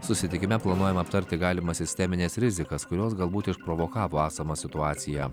susitikime planuojama aptarti galimas sistemines rizikas kurios galbūt išprovokavo esamą situaciją